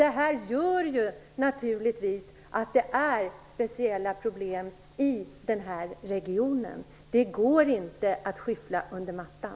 Det är speciella problem i den här regionen -- det går inte att sopa under mattan.